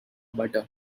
butter